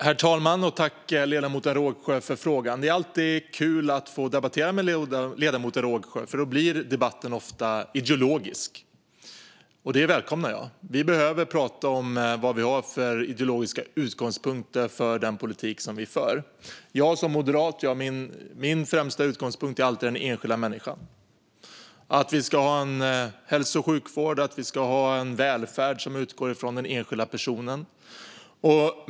Herr talman! Tack, ledamoten Rågsjö, för frågan! Det är alltid kul att få debattera med ledamoten Rågsjö, för då blir debatten ofta ideologisk, och det välkomnar jag. Vi behöver prata om vad vi har för ideologiska utgångspunkter för den politik som vi för. Som moderat är min främsta utgångspunkt alltid den enskilda människan. Vi ska ha en hälso och sjukvård och en välfärd som utgår från den enskilda personen.